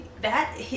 that-